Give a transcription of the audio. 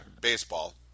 baseball